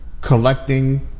collecting